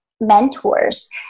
mentors